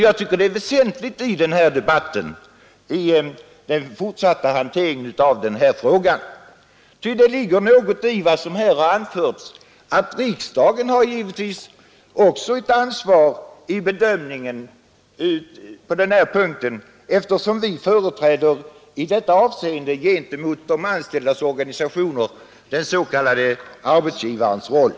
Jag tycker det är väsentligt i denna debatt om den fortsatta hanteringen av frågan, ty det ligger något i vad som här har anförts, nämligen att riksdagen givetvis också har ett ansvar i bedömningen på denna punkt, eftersom vi i detta avseende gentemot de anställdas organisationer har att spela den s.k. arbetsgivarens roll.